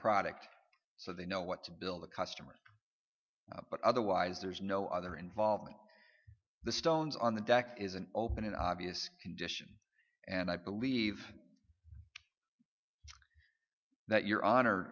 product so they know what to build a customer but otherwise there is no other involvement the stones on the deck is an open and obvious condition and i believe that your honor